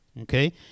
okay